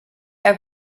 have